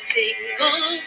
single